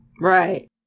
Right